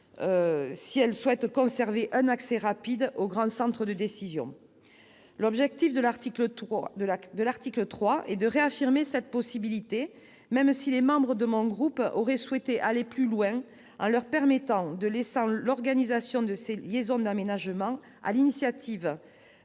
si elles souhaitent conserver un accès rapide aux grands centres de décision. L'objectif de l'article 3 est de réaffirmer cette possibilité, mais les membres de mon groupe auraient souhaité aller plus loin, en laissant l'initiative de l'organisation de ces liaisons d'aménagement aux